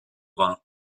vin